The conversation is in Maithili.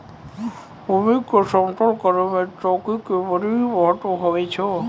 भूमी के समतल करै मे चौकी के बड्डी महत्व हुवै छै